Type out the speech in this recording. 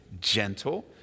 gentle